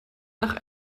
nach